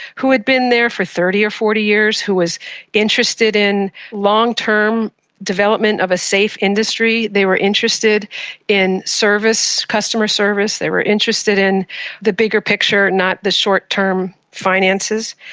who had been there for thirty or forty years, who was interested in long-term development of a safe industry. they were interested in service, customer service, they were interested in the bigger picture, not the short-term finances.